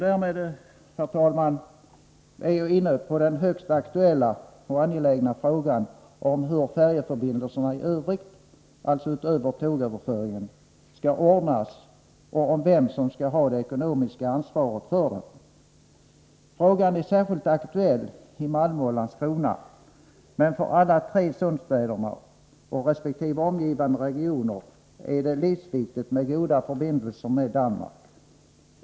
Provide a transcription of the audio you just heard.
Därmed, herr talman, är jag inne på den högst aktuella och angelägna frågan om hur färjeförbindelserna i övrigt — alltså utöver tågöverföringen — skall ordnas och om vem som skall ha det ekonomiska ansvaret för dem. Frågan är särskilt aktuell i Malmö och Landskrona, men för alla tre sundsstäderna och resp. omgivande regioner är det livsviktigt med goda förbindelser med Danmark.